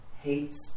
hates